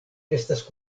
estas